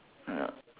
ya